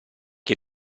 che